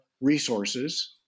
resources